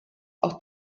auch